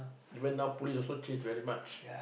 even now police also change very much